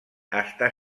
està